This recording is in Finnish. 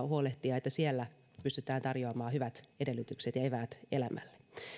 huolehtia että siellä pystytään tarjoamaan hyvät edellytykset ja eväät elämälle